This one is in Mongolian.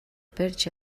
барьж